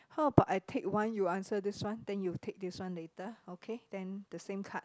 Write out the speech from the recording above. how about I take one you answer this one then you take this one later okay then the same card